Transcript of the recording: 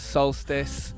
Solstice